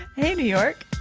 hey new york.